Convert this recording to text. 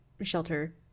shelter